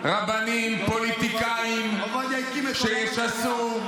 די להסית.